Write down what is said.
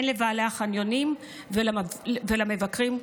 הן לבעלי החניונים והן למבקרים במוסדות.